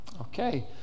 Okay